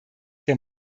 der